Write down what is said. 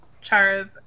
Chara's